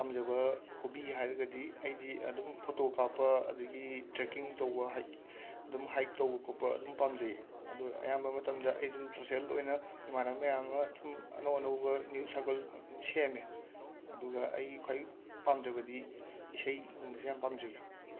ꯄꯥꯝꯖꯕ ꯍꯣꯕꯤ ꯍꯥꯏꯔꯒꯗꯤ ꯑꯩꯗꯤ ꯑꯗꯨꯝ ꯐꯣꯇꯣ ꯀꯥꯞꯄ ꯑꯗꯒꯤ ꯇ꯭ꯔꯦꯀꯤꯡ ꯇꯧꯕ ꯑꯗꯨꯝ ꯍꯥꯏꯛ ꯇꯧꯕ ꯈꯣꯄ ꯗꯨꯝ ꯄꯥꯝꯖꯩ ꯑꯗꯨ ꯑꯌꯥꯝꯕ ꯃꯇꯝꯗ ꯑꯩ ꯑꯗꯨꯝ ꯁꯣꯁꯦꯜ ꯑꯣꯏꯅ ꯏꯃꯥꯟꯅꯕ ꯃꯌꯥꯝ ꯑꯃ ꯁꯨꯝ ꯑꯅꯧ ꯑꯅꯧꯕ ꯅꯤꯌꯨ ꯁꯥꯔꯀꯜ ꯁꯦꯝꯃꯦ ꯑꯗꯨꯒ ꯑꯩꯒꯤ ꯈ꯭ꯋꯥꯏ ꯄꯥꯝꯖꯕꯗꯤ ꯏꯁꯩꯒꯨꯝꯕꯁꯦ ꯌꯥꯝ ꯄꯥꯝꯖꯩ